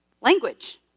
language